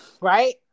Right